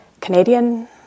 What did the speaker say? Canadian